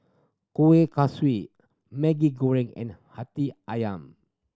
Kueh Kaswi Maggi Goreng and Hati Ayam